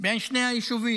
בין שני היישובים.